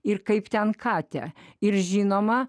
ir kaip ten katę ir žinoma